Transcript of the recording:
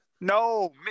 no